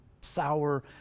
sour